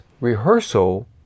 rehearsal